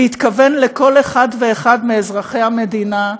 והתכוון לכל אחד ואחד מאזרחי המדינה,